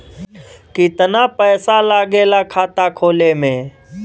कितना पैसा लागेला खाता खोले में?